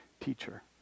teacher